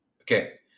Okay